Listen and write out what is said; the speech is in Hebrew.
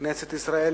כנסת ישראל,